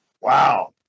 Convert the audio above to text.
Wow